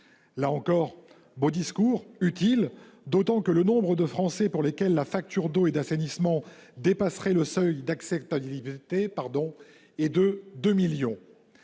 Là encore, beau discours, utile, d'autant que le nombre de Français pour lesquels la facture d'eau et d'assainissement dépasserait le seuil d'acceptabilité est estimé à 2 millions.